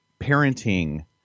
parenting